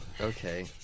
Okay